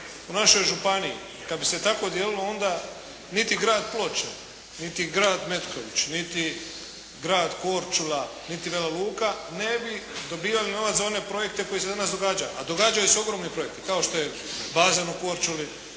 u našoj županiji kada bi se tako dijelilo onda niti grad Ploče, niti grad Metković, niti grad Korčula, niti Vela Luka ne bi dobivali novac za one projekte koji se danas događaju. A događaju se ogromni projekti, kao što je bazen u Korčuli,